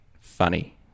funny